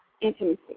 intimacy